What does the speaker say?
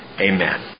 Amen